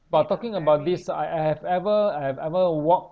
but talking about this I I have ever I have ever walked